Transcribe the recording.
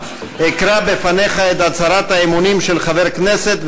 אקרא בפניך את הצהרת האמונים של חבר הכנסת,